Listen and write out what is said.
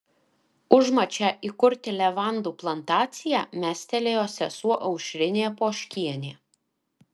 užmačią įkurti levandų plantaciją mestelėjo sesuo aušrinė poškienė